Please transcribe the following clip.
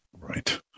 Right